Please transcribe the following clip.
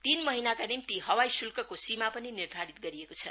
तीन महिनाका निम्ति हवाई शुल्कको सीमा पनि निर्धारित गरिएको छ